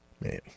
Man